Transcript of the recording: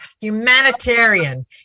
humanitarian